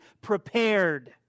prepared